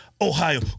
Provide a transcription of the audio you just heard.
Ohio